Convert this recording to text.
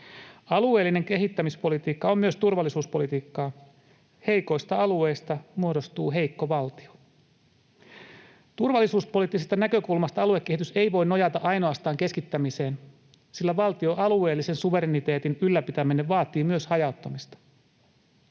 Alueellinen kehittämispolitiikka on myös turvallisuuspolitiikkaa. Heikoista alueista muodostuu heikko valtio. Turvallisuuspoliittisesta näkökulmasta aluekehitys ei voi nojata ainoastaan keskittämiseen, sillä valtion alueellisen suvereniteetin ylläpitäminen vaatii myös hajauttamista.